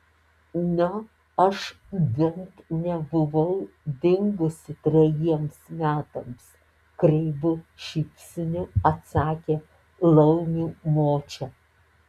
na aš bent nebuvau dingusi trejiems metams kreivu šypsniu atsakė laumių močia